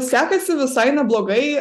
sekasi visai neblogai